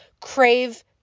crave